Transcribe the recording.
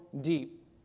deep